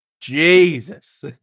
Jesus